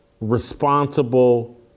responsible